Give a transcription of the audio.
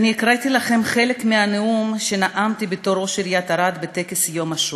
הקראתי לכם חלק מהנאום שנאמתי בתור ראש עיריית ערד בטקס יום השואה.